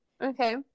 Okay